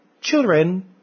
children